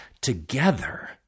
together